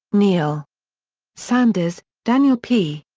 neil sanders, daniel p.